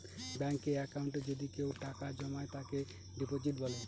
ব্যাঙ্কে একাউন্টে যদি কেউ টাকা জমায় তাকে ডিপোজিট বলে